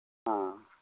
ꯑꯥ